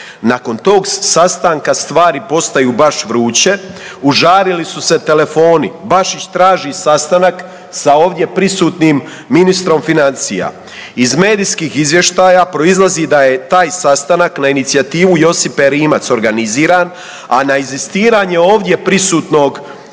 Nakon tog sastanka stvari postaju baš vruće, užarili su se telefoni, Bašić traži sastanak sa ovdje prisutnim ministrom financija. Iz medijskih izvještaja proizlazi da je taj sastanak na inicijativu Josipe Rimac organiziran, a da na inzistiranje ovdje prisutnog ministra